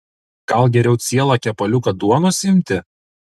gal geriau cielą kepaliuką duonos imti